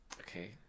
Okay